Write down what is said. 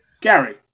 Gary